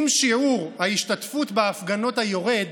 אם שיעור ההשתתפות בהפגנות, היורד,